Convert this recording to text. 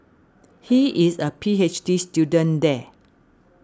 he is a P H D student there